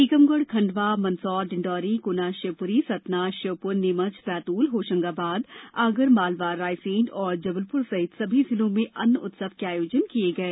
टीकमगढ़ खंडवा मंदसौर डिण्डोरी गुना शिवपुरी सतना श्योपुर नीमच बैतूल होशंगाबाद आगरमालवारायसेन और जबलपुर सहित सभी जिलों में अन्न उत्सव के आयोजन किये गये